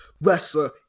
wrestler